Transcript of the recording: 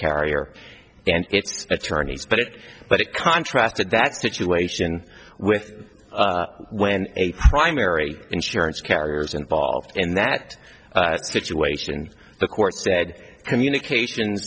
carrier and its attorneys but it but it contracted that situation with when a primary insurance carriers involved in that situation the court said communication